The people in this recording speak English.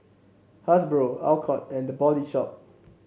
Hasbro Alcott and The Body Shop